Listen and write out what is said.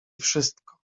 wszystko